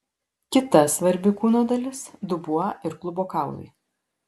kita svarbi kūno dalis dubuo ir klubo kaulai